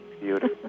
Beautiful